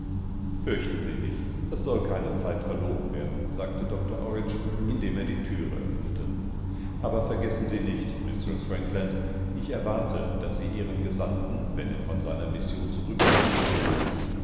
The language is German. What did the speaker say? fürchten sie nichts es soll keine zeit verloren werden sagte doktor orridge indem er die türe öffnete aber vergessen sie nicht mistreß frankland ich erwarte daßsieihrengesandten wennervonseinermissionzurückkehrt belohnen